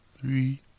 Three